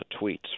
tweets